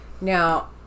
now